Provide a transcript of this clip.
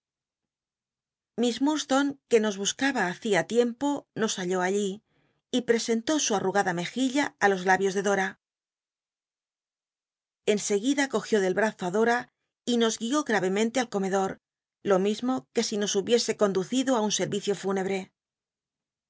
urdstone que nos buscaba hacia tiempo nos halló allí y presentó su arrugada mejilla á los labios de dora en seguida cogió del brazo dora y nos guió gravemente al comedor lo mismo que si nos hubiese conducido á un servicio fúnebre